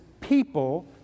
people